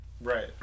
right